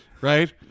right